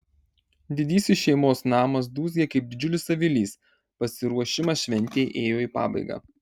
didysis šeimos namas dūzgė kaip didžiulis avilys pasiruošimas šventei ėjo į pabaigą